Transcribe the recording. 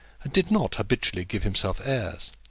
did not habitually give himself airs.